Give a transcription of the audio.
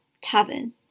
tavern